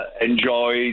enjoy